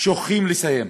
שוכחים לסיים.